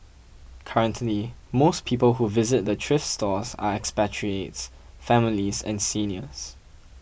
currently most people who visit the thrift stores are expatriates families and seniors